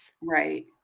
Right